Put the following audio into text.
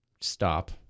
stop